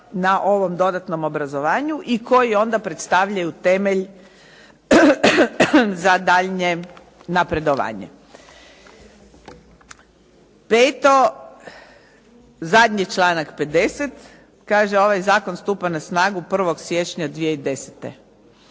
na ovom dodatnom obrazovanju i koji onda predstavljaju temelj za daljnje napredovanje. Peto, zadnji članak 50. kaže: "Ovaj zakon stupa na snagu 01. siječnja 2010."